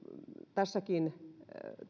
tässäkin